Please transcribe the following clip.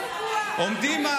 עומדים,